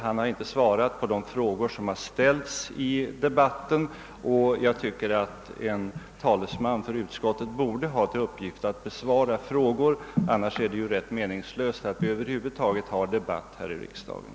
Han har inte svarat på de frågor som har ställts i debatten. Enligt min mening borde en talesman för ett utskott ha till uppgift att besvara frågor. Annars är det rätt meningslöst att över huvud taget ha någon debatt här i riksdagen.